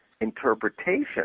interpretation